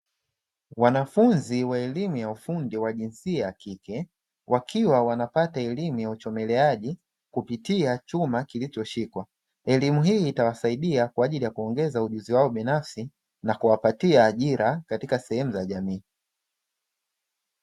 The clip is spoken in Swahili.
Wanafunzi wa elimu ya ufundi wa jinsia ya kike wakiwa wanapata elimu ya uchomeleaji kupitia chuma kilicho shikwa, Elimu hii itawasaidia kwa ajili kuongeza ujuzi wao binafsi nakuwapatia ajila katika sehemu za jamii.